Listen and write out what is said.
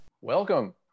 Welcome